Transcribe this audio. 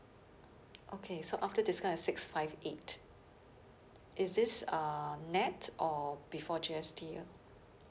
okay so after discount it's six five eight is this uh net or before G_S_T ah